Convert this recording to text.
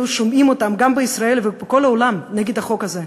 שומעים בישראל וגם בכל העולם נגד החוק הזה.